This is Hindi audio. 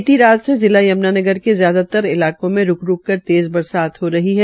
बीती रात से जिला यम्नानगर के ज्यादातर इलाकों में रूक रूक कर तेज़ बरसात हो रही है